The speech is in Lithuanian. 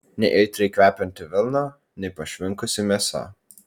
nei aitriai kvepianti vilna nei pašvinkusi mėsa